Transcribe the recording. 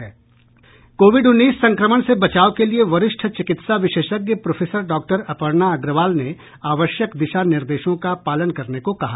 Covid उन्नीस संक्रमण से बचाव के लिए वरिष्ठ चिकित्सा विशेषज्ञ प्रोफेसर डॉक्टर अपर्णा अग्रवाल ने आवश्यक दिशा निर्देशों का पालन करने को कहा है